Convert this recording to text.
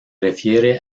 refiere